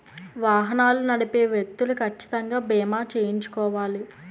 వాహనాలు నడిపే వ్యక్తులు కచ్చితంగా బీమా చేయించుకోవాలి